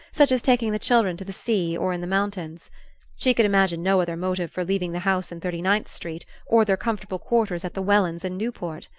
such as taking the children to the sea or in the mountains she could imagine no other motive for leaving the house in thirty-ninth street or their comfortable quarters at the wellands' in newport.